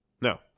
No